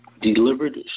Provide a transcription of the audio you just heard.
Delivered